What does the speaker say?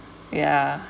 ya